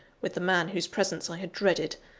with the man whose presence i had dreaded,